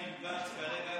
אני